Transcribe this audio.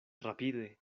rapide